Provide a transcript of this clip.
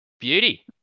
beauty